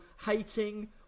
hating